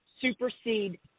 supersede